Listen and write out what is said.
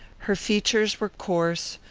her features were coarse,